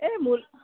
এই মোৰ